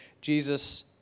Jesus